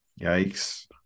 Yikes